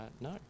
no